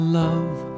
love